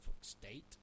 State